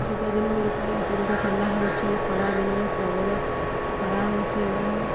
ଶୀତଦିନ ଗୁଡ଼ିକରେ ଅତ୍ୟଧିକ ଥଣ୍ଡା ହେଉଛି ଖରା ଦିନରେ ପ୍ରବଳ ଖରା ହେଉଛି ଏବଂ